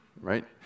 right